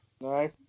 no